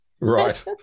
Right